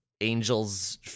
angels